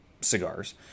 cigars